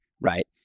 right